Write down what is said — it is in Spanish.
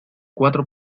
cuatro